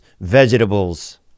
vegetables